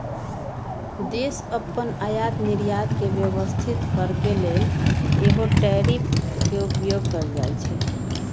देश अप्पन आयात निर्यात के व्यवस्थित करके लेल सेहो टैरिफ के उपयोग करइ छइ